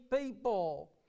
people